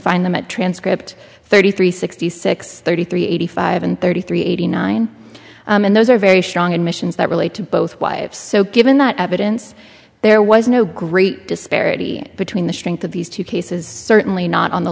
find them at transcript thirty three sixty six thirty three eighty five and thirty three eighty nine and those are very strong admissions that relate to both wives so given that evidence there was no great disparity between the strength of these two cases certainly not on the